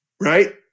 Right